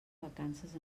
vacances